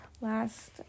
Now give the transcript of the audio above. last